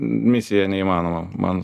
misija neįmanoma man